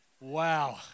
Wow